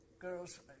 girls